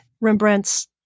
Rembrandt's